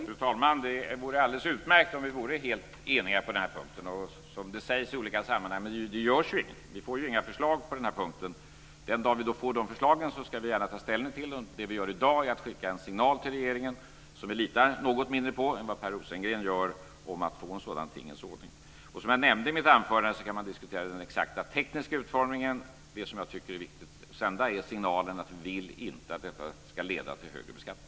Fru talman! Det vore alldeles utmärkt om vi vore helt eniga på den här punkten, som det sägs i olika sammanhang. Men det görs ju ingenting. Vi får inga förslag på den här punkten. Den dag vi får förslag ska vi gärna ta ställning till dem. Det vi gör i dag är att skicka en signal till regeringen, som vi litar något mindre på än vad Per Rosengren gör när det gäller att få en sådan tingens ordning. Som jag nämnde i mitt anförande kan man diskutera den exakta tekniska utformningen. Det jag tycker är viktigt att sända är signalen att vi inte vill att detta ska leda till högre beskattning.